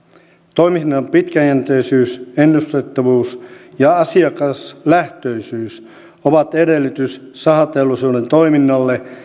toiminnan pitkäjänteisyys ennustettavuus ja asiakaslähtöisyys ovat edellytys sahateollisuuden toiminnalle